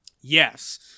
Yes